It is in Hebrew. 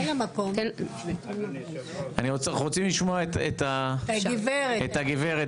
אנחנו רוצים לשמוע את הגברת